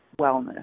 wellness